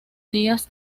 días